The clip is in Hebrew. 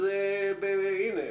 אז הינה,